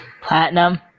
Platinum